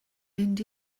mynd